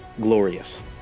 glorious